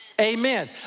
Amen